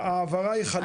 העברה היא חלוטה,